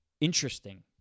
interesting